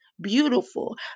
Beautiful